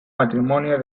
matrimonio